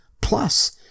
plus